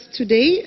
today